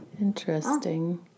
Interesting